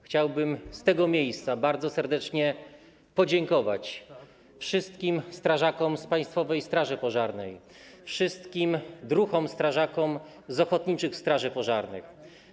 Chciałbym z tego miejsca bardzo serdecznie podziękować wszystkim strażakom z Państwowej Straży Pożarnej, wszystkim druhom strażakom z ochotniczych straży pożarnych.